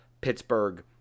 Pittsburgh